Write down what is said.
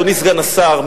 אדוני סגן השר,